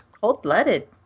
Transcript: Cold-blooded